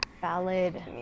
valid